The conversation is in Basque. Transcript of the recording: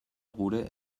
gure